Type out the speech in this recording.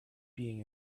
being